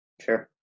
Sure